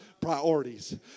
priorities